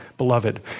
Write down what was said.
Beloved